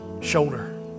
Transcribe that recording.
shoulder